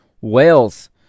Wales